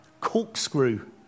Corkscrew